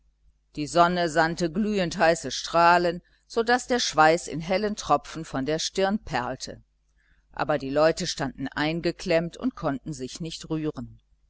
die sonne sandte glühendheiße strahlen so daß der schweiß in hellen tropfen von der stirn perlte aber die leute standen eingeklemmt und konnten sich nicht rühren